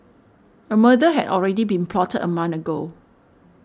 a murder had already been plotted a month ago